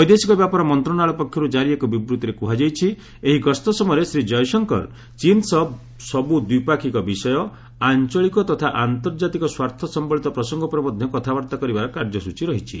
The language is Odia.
ବୈଦେଶିକ ବ୍ୟାପାର ମନ୍ତ୍ରଣାଳୟ ପକ୍ଷରୁ ଜାରି ଏକ ବିବୃତ୍ତିରେ କୁହାଯାଇଛି ଏହି ଗସ୍ତ ସମୟରେ ଶ୍ରୀ ଜୟଶଙ୍କର ଚୀନ୍ ସହ ସବୁ ଦ୍ୱିପାକ୍ଷିକ ବିଷୟ ଆଞ୍ଚଳିକ ତଥା ଆନ୍ତର୍ଜାତିକ ସ୍ୱାର୍ଥ ସମ୍ଭଳିତ ପ୍ରସଙ୍ଗ ଉପରେ ମଧ୍ୟ କଥାବାର୍ତ୍ତା କରିବାର କାର୍ଯ୍ୟସ୍ଚୀ ରହିଛି